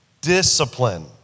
Discipline